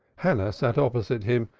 hannah sat opposite him,